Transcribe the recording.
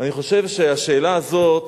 אני חושב שהשאלה הזאת